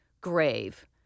grave